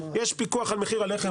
יש פיקוח על מחיר הלחם,